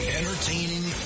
Entertaining